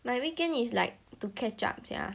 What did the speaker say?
my weekend is like to catch up sia